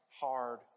hard